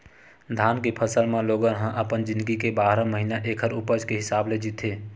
धान के फसल म लोगन ह अपन जिनगी के बारह महिना ऐखर उपज के हिसाब ले जीथे